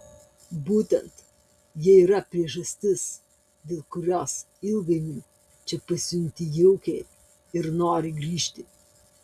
būtent jie yra priežastis dėl kurios ilgainiui čia pasijunti jaukiai ir nori grįžti